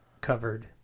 covered